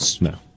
No